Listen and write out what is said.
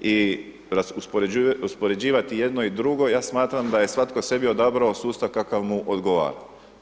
i uspoređivati jedno i drugo, ja smatram da je svatko sebi odabrao sustav kakav mu odgovara.